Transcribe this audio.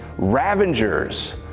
ravengers